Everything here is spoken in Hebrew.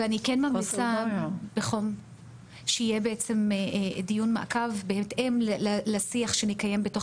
אני כן ממליצה בחום שיהיה דיון מעקב בהתאם לשיח שנקיים בתוך